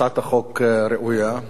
הצעת החוק ראויה,